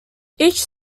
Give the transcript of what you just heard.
each